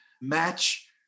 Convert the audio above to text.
match